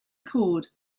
cord